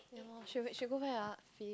ya loh she she go where ah phi~